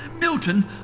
Milton